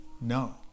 No